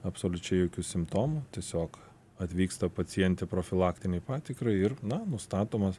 absoliučiai jokių simptomų tiesiog atvyksta pacientė profilaktinei patikrai ir na nustatomas